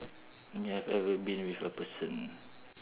you have ever been with a person